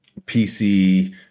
PC